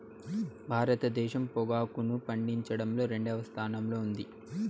భారతదేశం పొగాకును పండించడంలో రెండవ స్థానంలో ఉంది